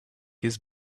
his